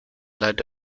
led